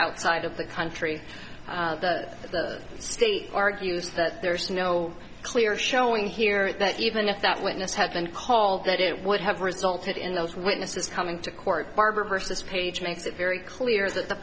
outside of the country the state argues that there is no clear showing here that even if that witness had been called that it would have resulted in those witnesses coming to court barbour versus page makes it very clear is that the